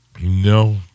No